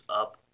up